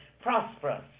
prosperous